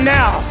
now